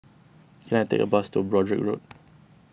can I take a bus to Broadrick Road